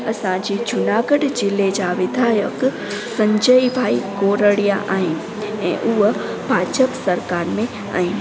असांजे जूनागढ़ ज़िले जा विधायक संजय भाई गोरड़िया आहिनि ऐं उअ भाचक सरकार में